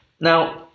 Now